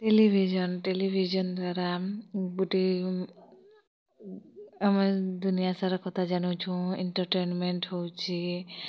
television television ଦ୍ୱାରା ଗୁଟେ ଆମେ ଦୁନିଆସାରା କଥା ଜାନୁଚୁଁ ଏଣ୍ଟର୍ଟେନ୍ମେଣ୍ଟ୍ ହଉଛେ